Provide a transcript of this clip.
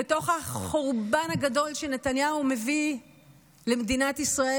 בתוך החורבן הגדול שנתניהו מביא למדינת ישראל